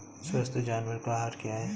स्वस्थ जानवर का आहार क्या है?